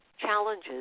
challenges